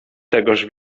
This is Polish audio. tegoż